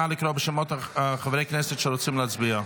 נא לקרוא בשמות חברי הכנסת שרוצים להצביע.